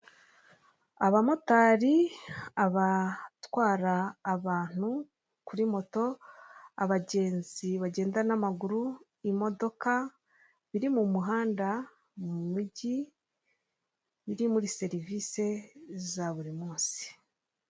Abamotari, abatwara abantu kuri moto, abagenzi bagenda n'amaguru, imodoka, biri mu muhanda mu mujyi, biri muri serivisi za buri munsi.